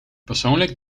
persoonlijk